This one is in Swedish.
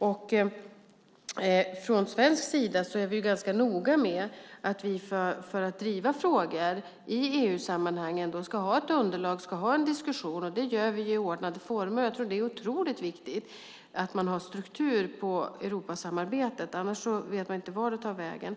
Vi i Sverige är ganska noga med att vi för att driva frågor i EU-sammanhang ska ha ett underlag och en diskussion. Det gör vi i ordnade former. Jag tror att det är otroligt viktigt att man har struktur på Europasamarbetet, annars vet man inte vart det tar vägen.